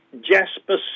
Jasper